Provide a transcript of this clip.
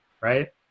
right